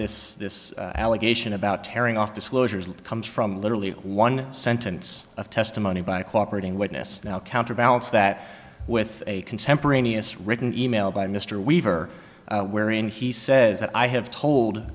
this this allegation about tearing off disclosures comes from literally one sentence of testimony by a cooperating witness now counterbalance that with a contemporaneous written e mail by mr weaver wherein he says that i have told